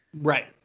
Right